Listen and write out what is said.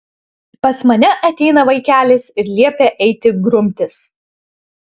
pas mane ateina vaikelis ir liepia eiti grumtis